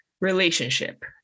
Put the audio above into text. relationship